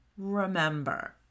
Remember